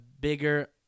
bigger